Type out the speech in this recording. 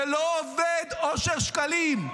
זה לא עובד, אושר שקלים.